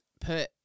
put